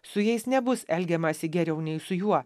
su jais nebus elgiamasi geriau nei su juo